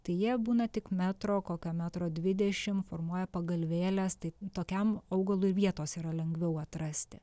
tai jie būna tik metro kokio metro dvidešim formuoja pagalvėles tai tokiam augalui vietos yra lengviau atrasti